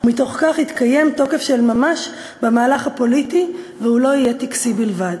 ומתוך כך יתקיים תוקף של ממש במהלך הפוליטי והוא לא יהיה טקסי בלבד.